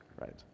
right